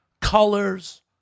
colors